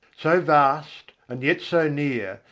so vast and yet so near,